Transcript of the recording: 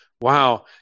Wow